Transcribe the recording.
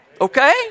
okay